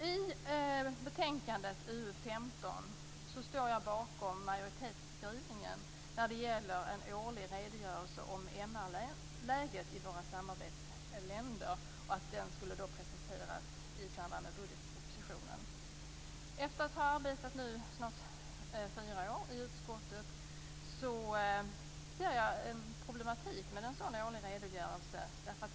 I betänkandet UU15 står jag bakom majoritetsskrivningen när det gäller en årlig redogörelse om MR-läget i våra samarbetsländer och att den skulle presenteras i samband med budgetpropositionen. Efter att ha arbetat nu snart fyra år i utskottet ser jag en problematik med en sådan årlig redogörelse.